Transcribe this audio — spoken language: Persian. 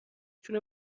تونه